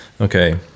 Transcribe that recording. Okay